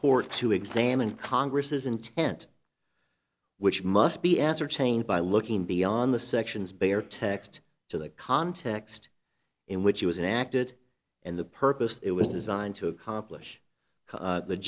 court to examine congress's intent which must be ascertained by looking beyond the sections bare text to the context in which he was enacted and the purpose it was designed to accomplish the